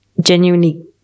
Genuinely